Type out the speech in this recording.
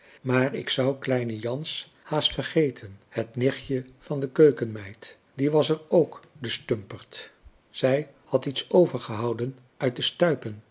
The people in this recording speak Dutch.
maar ik zou kleine jans haast vergeten het nichtje van de keukenmeid die was er ook de stumperd zij had iets overgehouden uit de stuipen